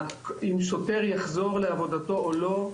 שוטר יחזור לעבודתו או לא,